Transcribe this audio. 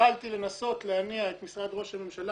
התחלתי לנסות להניע את משרד ראש הממשלה